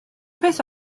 peth